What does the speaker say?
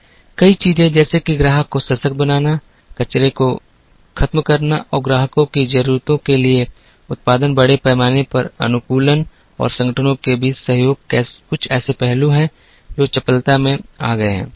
कई चीजें जैसे कि ग्राहक को सशक्त बनाना कचरे को खत्म करना और ग्राहकों की जरूरतों के लिए उत्पादन बड़े पैमाने पर अनुकूलन और संगठनों के बीच सहयोग कुछ ऐसे पहलू हैं जो चपलता में आ गए हैं